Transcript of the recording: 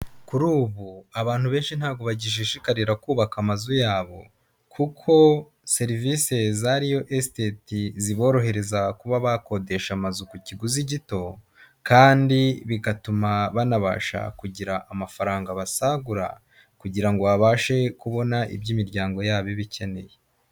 Kuri ubu, abantu benshi ntago bagishishikarira kubaka amazu yabo; kuko serivisi za Riyo esiteti ziborohereza kuba bakodesha amazu ku kiguzi gito, kandi bigatuma banabasha kugira amafaranga basagura, kugira ngo babashe kubona ibyo imiryango yabo iba ikeneye.